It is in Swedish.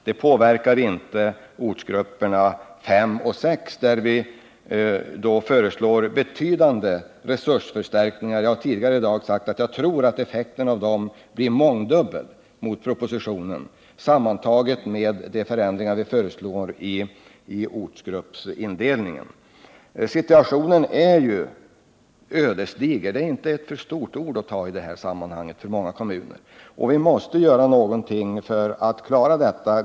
Det påverkar inte grupperna 5 och 6, för vilka vi föreslår betydande resursförstärkningar. Jag har tidigare i dag sagi att jag tror att effekten av dem blir mångdubbel jämfört med propositionens förslag sammantaget med de förändringar som vi föreslår i fråga om gruppindelningen. Situationen är ödesdiger för många kommuner — det är inte ett för stort ord i sammanhanget. Vi måste göra någonting för att klara den.